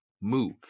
move